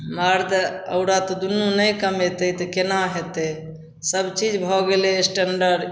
मरद औरत दुन्नू नहि कमेतै तऽ कोना हेतै सबचीज भऽ गेलै स्टैण्डर्ड